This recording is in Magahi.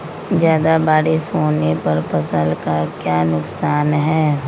ज्यादा बारिस होने पर फसल का क्या नुकसान है?